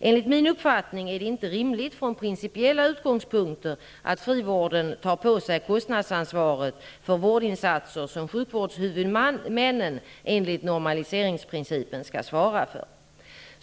Enligt min uppfattning är det inte rimligt från principiella utgångspunkter att frivården tar på sig kostnadsansvaret för vårdinsatser som sjukvårdshuvudmännen enligt normaliseringsprincipen skall svara för.